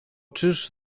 czyż